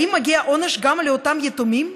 האם מגיע עונש גם לאותם יתומים,